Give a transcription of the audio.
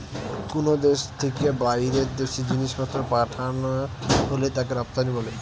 কুনো দেশ থিকে বাইরের দেশে জিনিসপত্র পাঠানা হলে তাকে রপ্তানি বলে